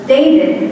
David